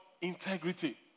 integrity